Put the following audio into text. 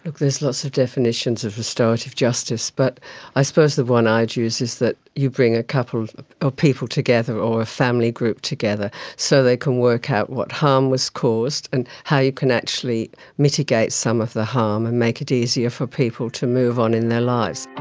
there's lots of definitions of restorative justice, but i suppose the one i'd use is that you bring a couple of of people together or a family group together so they can work out what harm was caused and how you can actually mitigate some of the harm and make it easier for people to move on in their lives.